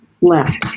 left